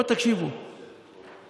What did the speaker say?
רובם תרגומים מערבית,